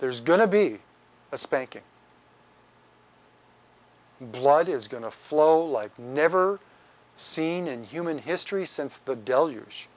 there's going to be a spanking and blood is going to flow like never seen in human history since the deluge